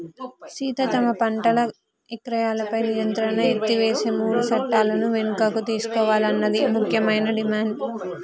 సీత తమ పంటల ఇక్రయాలపై నియంత్రణను ఎత్తివేసే మూడు సట్టాలను వెనుకకు తీసుకోవాలన్నది ముఖ్యమైన డిమాండ్